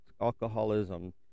alcoholism